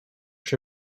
się